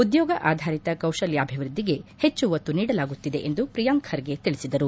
ಉದ್ಯೋಗ ಆಧಾರಿತ ಕೌಶಲ್ಕಾಭಿವೃದ್ಧಿಗೆ ಹೆಚ್ಚು ಒತ್ತು ನೀಡಲಾಗುತ್ತಿದೆ ಎಂದು ಪ್ರಿಯಾಂಕ್ ಖರ್ಗೆ ತಿಳಿಸಿದರು